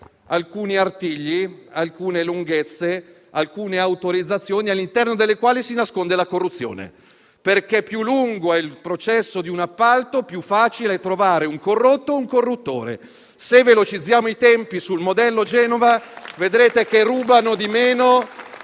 alcuni artigli, alcune lunghezze e alcune autorizzazioni all'interno delle quali si nasconde la corruzione. Perché più lungo è il processo di un appalto, più facile è trovare un corrotto e un corruttore. Se velocizzeremo i tempi sul modello Genova, vedrete che ruberanno di meno